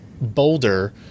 Boulder